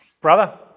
Brother